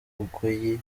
bugoyi